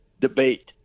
debate